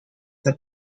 the